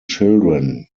children